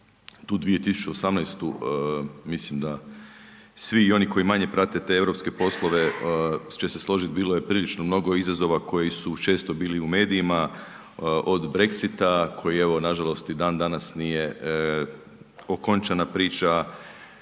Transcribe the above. Tu 2018. mislim da svi i oni koji manje prate te europske poslove će se složiti bilo je mnogo izazova koji su često bili u medijima, od Brexita koji evo nažalost ni dan danas nije okončana priča,